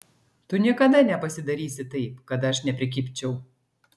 tu niekada nepasidarysi taip kad aš neprikibčiau